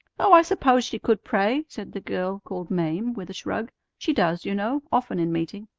oh, i suppose she could pray, said the girl called mame, with a shrug. she does, you know, often in meeting.